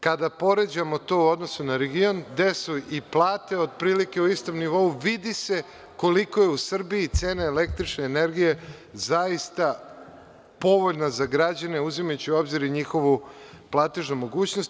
Kada poređamo to u odnosu na region, gde su i plate otprilike u istom nivou, vidi se koliko je u Srbiji cena električne energije zaista povoljna za građane, uzimajući u obzir i njihovu platežnu mogućnost.